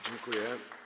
Dziękuję.